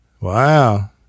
Wow